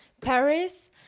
Paris